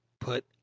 Put